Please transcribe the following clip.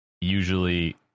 usually